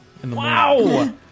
Wow